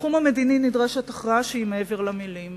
בתחום המדיני נדרשת הכרעה שהיא מעבר למלים,